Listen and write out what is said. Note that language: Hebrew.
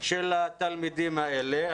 של התלמידים האלה.